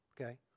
okay